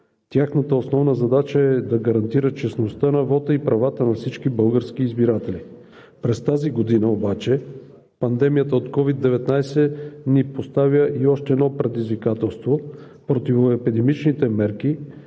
Тяхната основна задача е да гарантират честността на вота и правата на всички български избиратели. През тази година обаче пандемията от COVID-19 ни поставя и още едно предизвикателство – противоепидемичните мерки,